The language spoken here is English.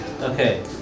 Okay